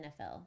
NFL